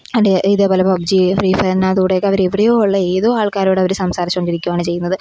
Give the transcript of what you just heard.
അതിന്റെ ഇതേ പോലെ പബ് ജി ഫ്രീഫയറിനകത്തു കൂടെയൊക്കെ അവരെവിടെയോ ഉള്ള ഏതോ ആള്ക്കാരോടവർ സംസാരിച്ചു കൊണ്ടിരിക്കുകയാണ് ചെയ്യുന്നത്